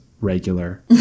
regular